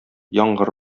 яңгыр